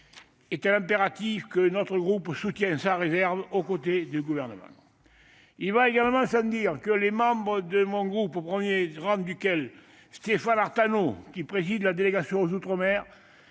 est un impératif que notre groupe soutient sans réserve aux côtés du Gouvernement. Il va également sans dire que les membres de mon groupe, au premier rang desquels Stéphane Artano, qui préside la délégation sénatoriale